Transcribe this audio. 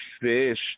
Fish